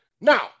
Now